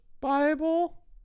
bible